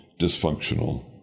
dysfunctional